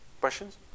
Questions